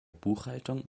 buchhaltung